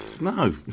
No